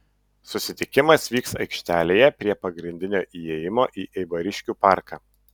susitikimas vyks aikštelėje prie pagrindinio įėjimo į eibariškių parką